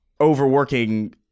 overworking